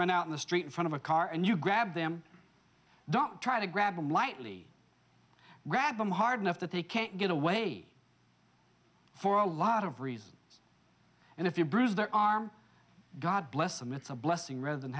run out in the street in front of a car and you grab them don't try to grab them lightly grab them hard enough that they can't get away for a lot of reasons and if you bruise their arm god bless them it's a blessing rather than